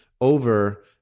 over